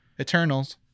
Eternals